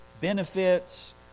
benefits